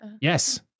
Yes